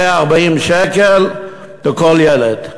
140 שקל לכל ילד.